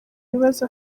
ibibazo